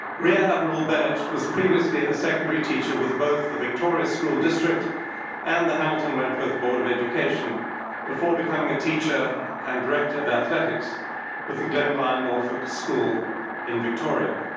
rear admiral bennett was previously a secondary teacher with both the victoria school district and the hamilton-wentworth board of education before becoming a teacher and director of athletics with the glenlyon norfolk school in victoria.